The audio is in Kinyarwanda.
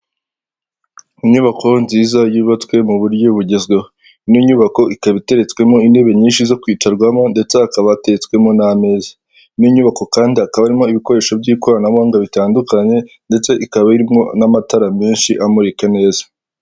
Inyubako nziza yubatswe mu buryo bugezweho ino nyubako ikaba iteretswemo intebe nyinshi zo kwicarwamo ndetse hakaba hateretswemo n'ameza. Ino nyubako kandi hakaba harimo ibikoresho by'ikoranabuhanga bitandukanye ndetse ikaba irimo n'amatara menshi amurika neza.